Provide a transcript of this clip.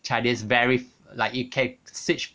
chinese very like you can switch